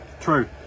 True